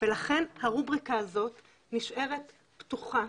ולכן הרובריקה הזאת נשארת פתוחה.